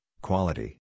quality